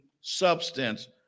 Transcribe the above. substance